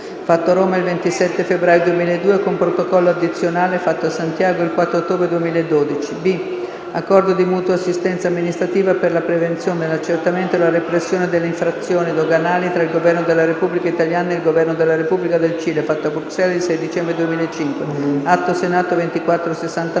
fatto a Roma il 27 febbraio 2002, con Protocollo addizionale, fatto a Santiago il 4 ottobre 2012; b) Accordo di mutua assistenza amministrativa per la prevenzione, l'accertamento e la repressione delle infrazioni doganali tra il Governo della Repubblica italiana ed il Governo della Repubblica del Cile, fatto a Bruxelles il 6 dicembre 2005